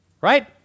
right